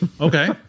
Okay